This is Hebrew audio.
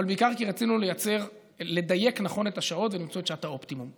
אבל בעיקר כי רצינו לדייק נכון את השעות ולמצוא את שעת האופטימום.